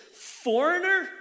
foreigner